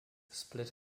split